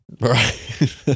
Right